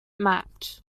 match